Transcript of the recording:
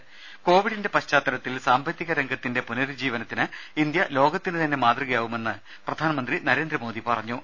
രേര കോവിഡിന്റെ പശ്ചാത്തലത്തിൽ സാമ്പത്തിക രംഗ പുനരുജ്ജീവനത്തിന് ഇന്ത്യ ലോകത്തിന് തന്നെ മാതൃകയാവുമെന്ന് പ്രധാനമന്ത്രി നരേന്ദ്രമോദി പറഞ്ഞു